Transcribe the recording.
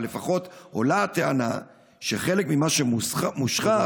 אבל לפחות עולה הטענה שחלק ממה שמושחר